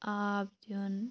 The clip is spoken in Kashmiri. آب دیُن